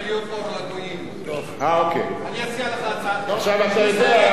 עכשיו הוא משיב לך, חבר הכנסת ברכה.